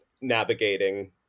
navigating